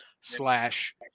slash